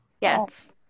Yes